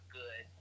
good